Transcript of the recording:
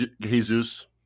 Jesus